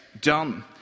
done